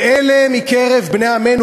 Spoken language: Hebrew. ואלה מקרב בני עמנו,